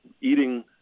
eating